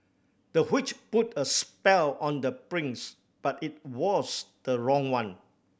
the witch put a spell on the prince but it was the wrong one